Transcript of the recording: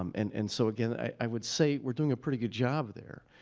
um and and so, again, i would say we're doing a pretty good job there.